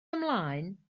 ymlaen